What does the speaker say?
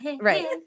right